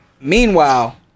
Meanwhile